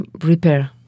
repair